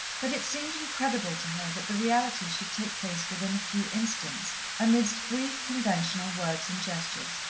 that it seemed incredible to her that the reality should take place within a few instants, amidst brief, conventional words and gestures.